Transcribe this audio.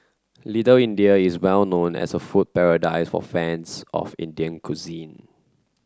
Little India is well known as a food paradise for fans of Indian cuisine